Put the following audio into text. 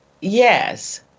yes